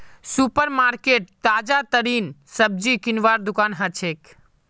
super market ताजातरीन सब्जी किनवार दुकान हछेक